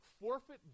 forfeit